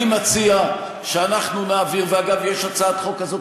אני מציע שאנחנו נעביר, ואגב, יש הצעת חוק כזאת.